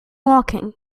walking